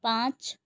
پانچ